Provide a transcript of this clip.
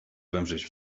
wymrzeć